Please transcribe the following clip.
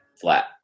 flat